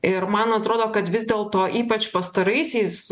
ir man atrodo kad vis dėlto ypač pastaraisiais